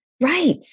right